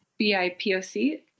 BIPOC